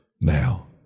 now